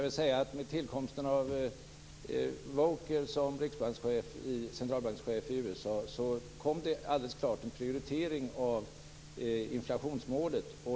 När Volcker blev centralbankschef i USA blev det alldeles klart en prioritering av inflationsmålet.